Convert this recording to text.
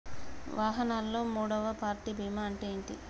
వాహనాల్లో మూడవ పార్టీ బీమా అంటే ఏంటి?